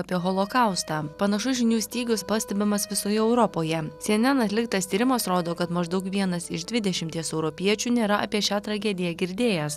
apie holokaustą panašus žinių stygius pastebimas visoje europoje si en en atliktas tyrimas rodo kad maždaug vienas iš dvidešimties europiečių nėra apie šią tragediją girdėjęs